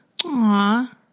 Aww